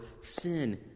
sin